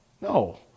No